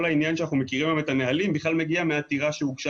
העניין שאנחנו מכירים את הנהלים היום בכלל מגיע מעתירה שהוגשה